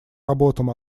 работам